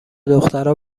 دخترها